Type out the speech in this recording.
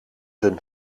hun